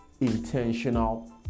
intentional